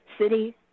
city